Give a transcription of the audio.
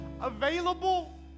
available